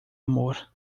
amor